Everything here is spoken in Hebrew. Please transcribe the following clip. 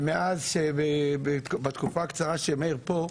ומאז, בתקופה הקצרה שמאיר פה,